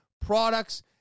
products